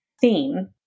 theme